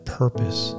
purpose